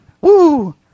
Woo